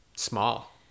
Small